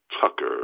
Tucker